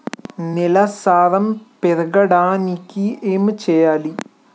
నేల సారం పెరగడానికి ఏం చేయాలి?